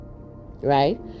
Right